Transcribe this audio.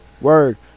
Word